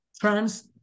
trans